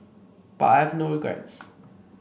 but I have no regrets